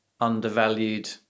undervalued